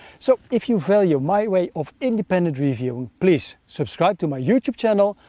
so, if you value my way of independent reviewing please subscribe to my youtube channel,